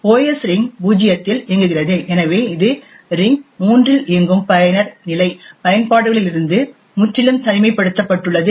OS ring பூஜ்ஜியத்தில் இயங்குகிறது எனவே இது ரிங் மூன்றில் இயங்கும் பயனர் நிலை பயன்பாடுகளிலிருந்து முற்றிலும் தனிமைப்படுத்தப்பட்டுள்ளது